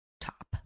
top